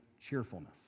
cheerfulness